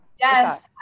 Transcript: Yes